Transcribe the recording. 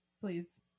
please